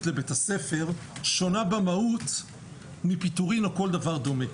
לבית הספר שונה במהות מפיטורים או כל דבר דומה,